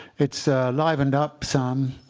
it's livened up some,